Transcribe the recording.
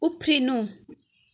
उफ्रिनु